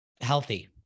healthy